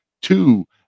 two